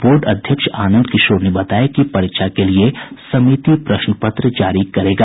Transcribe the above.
board अध्यक्ष आनंद किशोर ने बताया कि परीक्षा के लिए समिति प्रश्न पत्र जारी करेगा